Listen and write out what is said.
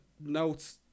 notes